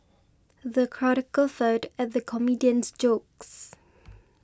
the crowd guffawed at the comedian's jokes